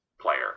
player